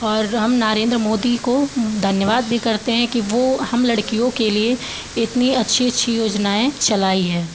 और हम नरेन्द्र मोदी को धन्यवाद भी करते हैं कि वो हम लड़कियों के लिए इतनी अच्छी अच्छी योजनाएं चलाई है